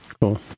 Cool